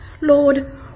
Lord